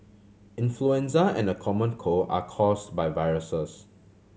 influenza and the common cold are caused by viruses